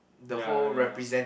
ya ya ya